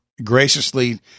graciously